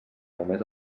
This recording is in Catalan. només